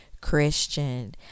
christian